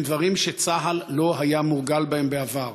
הם דברים שצה"ל לא היה מורגל בהם בעבר.